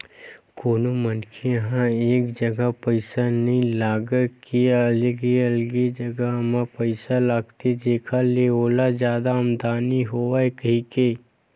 कोनो मनखे ह एक जगा पइसा नइ लगा के अलगे अलगे जगा म पइसा लगाथे जेखर ले ओला जादा आमदानी होवय कहिके